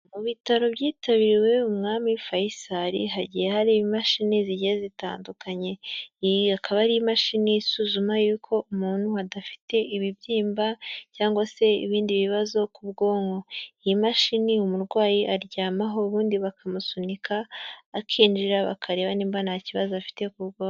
Mu bitaro byitabiriwe umwami faisal hagiye hari imashini zigiye zitandukanye, iyi akaba ari imashini isuzuma y'uko umuntu adafite ibibyimba cyangwa se ibindi bibazo. Iyi mashini umurwayi aryamaho ubundi bakamusunika akinjira bakareba niba nta kibazo afite ku bwonk.